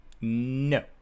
No